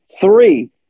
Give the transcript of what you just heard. Three